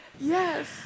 Yes